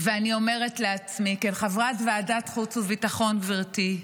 אני אומרת לעצמי, כחברת ועדת חוץ וביטחון, גברתי,